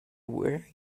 wearing